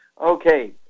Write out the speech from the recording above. Okay